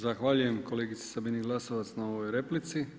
Zahvaljujem kolegici Sabini Glasovac na ovoj replici.